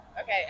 Okay